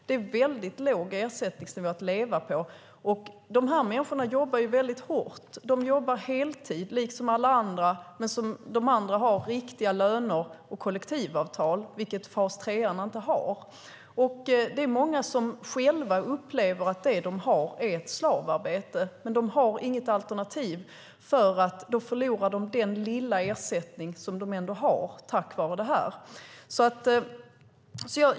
Det är en väldigt låg ersättningsnivå att leva på. Dessa människor jobbar hårt. De jobbar heltid liksom alla andra. Men de andra har riktiga löner och kollektivavtal, vilket fas 3:arna inte har. Det är många som själva upplever att det de har är ett slavarbete. Men de har inget alternativ, eftersom de då förlorar den lilla ersättning som de ändå har tack vare detta.